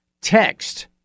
text